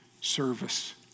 service